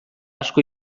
asko